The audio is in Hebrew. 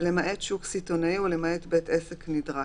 למעט שוק סיטונאי ולמעט בית עסק נדרש".